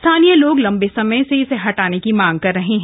स्थानीय लोग लंबे समय से इसे हटाने की मांग कर रहे हैं